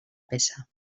peça